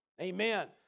amen